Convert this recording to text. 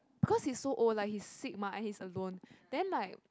because he's like so old like he's sick mah and he's alone then like